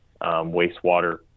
wastewater